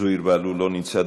זוהיר בהלול, לא נמצא.